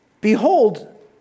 Behold